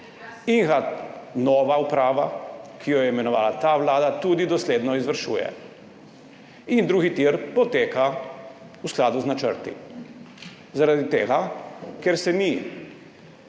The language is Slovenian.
in ga nova uprava, ki jo je imenovala ta vlada, tudi dosledno izvršuje. Drugi tir poteka v skladu z načrti, zaradi tega ker se ni